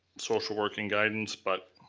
social working guidance. but